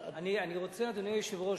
אדוני היושב-ראש,